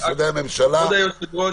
שמשרדי הממשלה --- כבוד היושב-ראש,